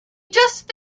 just